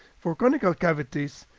for conical cavities,